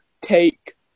take